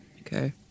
Okay